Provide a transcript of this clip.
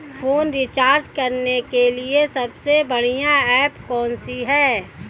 Phone recharge करने के लिए सबसे बढ़िया ऐप कौन सी है?